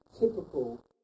typical